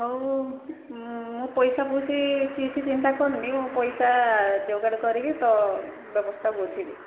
ହଉ ମୁଁ ପଇସା ପଇସି କିଛି ଚିନ୍ତା କରନି ମୁଁ ପଇସା ଯୋଗାଡ଼ କରିକି ତୋ ବ୍ୟବସ୍ଥା ବୁଝିବି